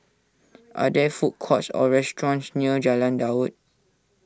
are there food courts or restaurants near Jalan Daud